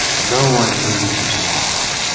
no one leaves islam.